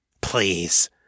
Please